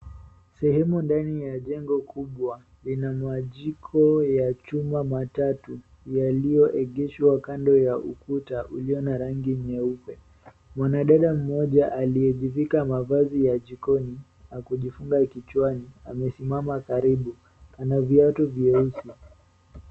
Sehemu ndani ya jengo kubwa, lina majiko ya chuma matatu, yaliyoegeshwa kando ya ukuta ulio na rangi nyeupe. Mwanadada mmoja aliyejivika mavazi ya jikoni, na kujifunga kichwani, amesimama karibu. Ana viatu vyeusi.